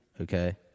okay